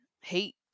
hate